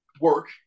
work